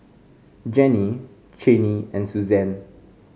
Jenny Channie and Susann